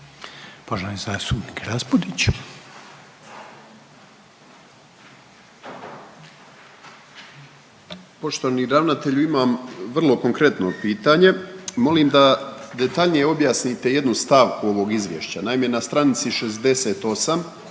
(Nezavisni)** Poštovani ravnatelju, imam vrlo konkretno pitanje, molim da detaljnije objasnite jednu stavku ovog izvješća, naime na stranici 68,